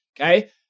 okay